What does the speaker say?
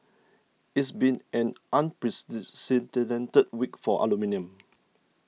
it's been an unprecedented week for aluminium